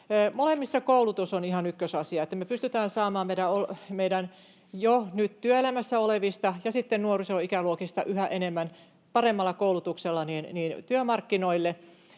Molemmissa koulutus on ihan ykkösasia, että me pystytään saamaan meidän jo nyt työelämässä olevista ja sitten nuorisoikäluokista yhä enemmän paremmalla koulutuksella työmarkkinoille.